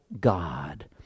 God